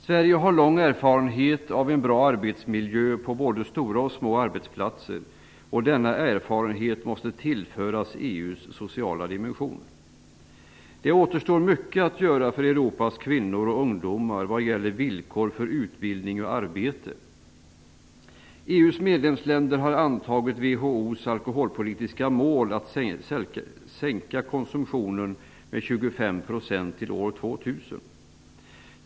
Sverige har lång erfarenhet av bra arbetsmiljöer på både stora och små arbetsplatser. Denna erfarenhet måste tillföras EU:s sociala dimension. Det återstår mycket att göra för Europas kvinnor och ungdomar vad gäller villkor för utbildning och arbete. EU:s medlemsländer har antagit WHO:s alkoholpolitiska mål att sänka konsumtionen med 25 % till år 2000.